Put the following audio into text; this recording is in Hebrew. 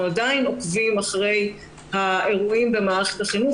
אנחנו עדיין עוקבים אחרי האירועים במערכת החינוך,